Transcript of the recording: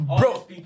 Bro